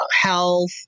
health